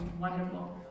wonderful